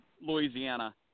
Louisiana